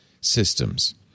systems